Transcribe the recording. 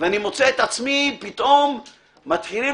ואני מוצא את עצמי פתאום - מתחילים